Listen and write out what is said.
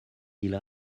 ils